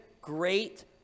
great